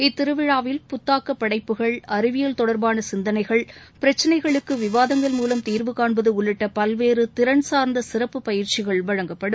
இத்திருவிழாவில் புத்தாக்கப் படைப்புகள் அறிவியல் தொடர்பான சிந்தனைகள் பிரச்சினைகளுக்கு விவாதங்கள் மூலம் தீர்வு காண்பது உள்ளிட்ட பல்வேறு திறன் சார்ந்த சிறப்புப் பயிற்சிகள் வழங்கப்படும்